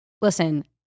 listen